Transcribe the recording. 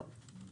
לא.